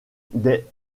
des